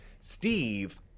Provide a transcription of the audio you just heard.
Steve